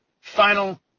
final